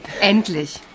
Endlich